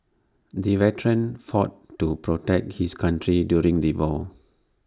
the veteran fought to protect his country during the war